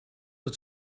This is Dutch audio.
het